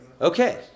Okay